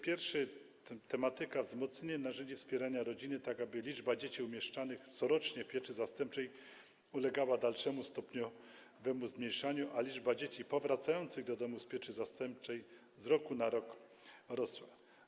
Pierwszy cel dotyczy tematyki wzmocnienia narzędzi wspierania rodziny, tak aby liczba dzieci umieszczanych corocznie w pieczy zastępczej ulegała dalszemu stopniowemu zmniejszaniu, a liczba dzieci powracających do domu z pieczy zastępczej z roku na rok rosła.